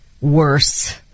worse